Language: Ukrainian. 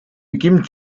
яким